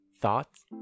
thoughts